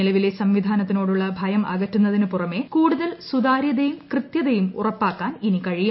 നിലവിലെ സംവിധാനത്തോടുള്ള ഭയം അകറ്റുന്നതിന് പുറമെ കൂടുതൽ സുതാരൃതയും കൃതൃയും ഉറപ്പാക്കാൻ ഇനി കഴിയും